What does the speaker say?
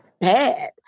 bad